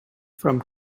from